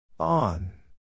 On